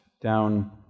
down